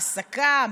העסקה,